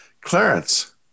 Clarence